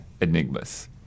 enigmas